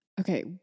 Okay